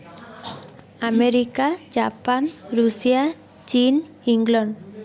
America Japan Russia chin England